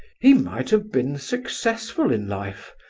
he might have been successful in life,